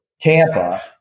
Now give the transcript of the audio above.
tampa